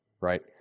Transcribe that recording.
right